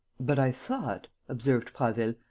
but i thought, observed prasville,